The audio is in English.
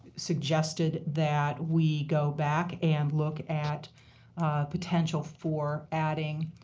suggested that we go back and look at potential for adding